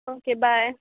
okay bye